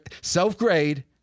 self-grade